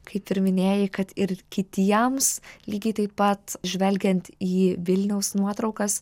kaip ir minėjai kad ir kitiems lygiai taip pat žvelgiant į vilniaus nuotraukas